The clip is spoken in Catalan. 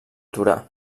torà